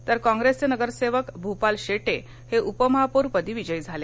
तर काँग्रेसचे नगरसेवक भूपाल शेटे हे उपमहापौर पदी विजयी झाले